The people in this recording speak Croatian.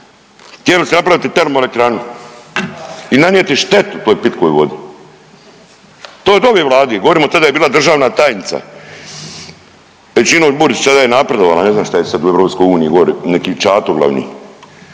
Htjeli ste napraviti termoelektranu i nanijeti štetu toj pitkoj vodi. To je od ove Vlade govorim tada je bila državna tajnica Pejčinović Burić, sada je napredovala, ne znam šta je sad u EU gori neki čato glavni.